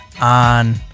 on